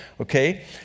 okay